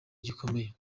gikomeye